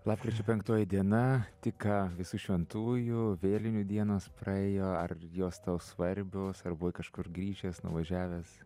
lapkričio penktoji diena tik ką visų šventųjų vėlinių dienos praėjo ar jos tau svarbios ar buvai kažkur grįžęs nuvažiavęs